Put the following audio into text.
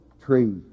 tree